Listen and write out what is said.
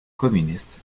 communistes